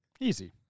Easy